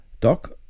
Doc